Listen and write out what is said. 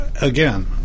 Again